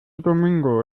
domingo